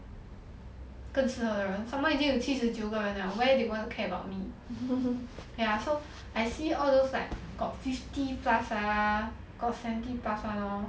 跟适合的人 some more 已经有七十九个 liao why they even care about me ya so I see all those like got fifty plus ah got seventy plus [one] lor